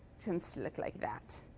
tends to look like that,